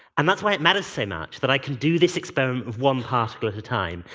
and that's why it matters so much, that i can do this experiment with one particle at a time.